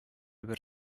бер